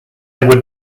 would